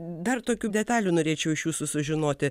dar tokių detalių norėčiau iš jūsų sužinoti